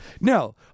no